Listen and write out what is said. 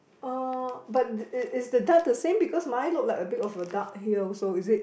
uh but is is the duck the same because mine look like a bit of a duck here also is it